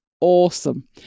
awesome